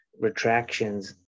retractions